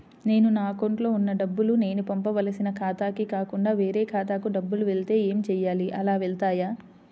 నేను నా అకౌంట్లో వున్న డబ్బులు నేను పంపవలసిన ఖాతాకి కాకుండా వేరే ఖాతాకు డబ్బులు వెళ్తే ఏంచేయాలి? అలా వెళ్తాయా?